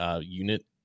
unit